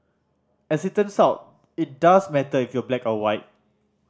as it turns out it does matter if you're black or white